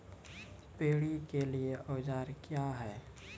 Paddy के लिए औजार क्या हैं?